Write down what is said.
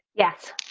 yes,